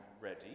ready